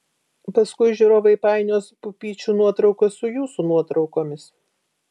paskui žiūrovai painios pupyčių nuotraukas su jūsų nuotraukomis